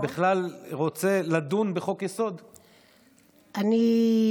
בכלל רוצה לדון בחוק-יסוד, כמחוקקת?